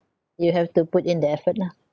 you have to put in the effort lah